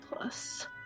plus